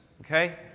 Okay